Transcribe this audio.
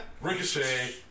Ricochet